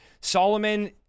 Solomon